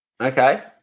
Okay